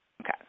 Okay